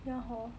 how to